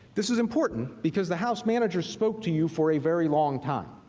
this is important because the house manager spoke to you for a very long time.